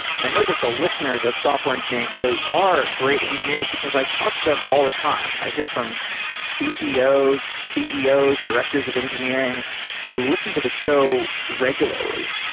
and i know that the listeners of software engineering daily are great engineers because i talk to them all the time. i hear from ctos, ceos, directors of engineering who listen to the show regularly.